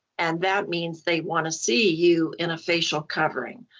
and that means they want to see you in a facial covering.